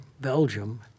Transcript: Belgium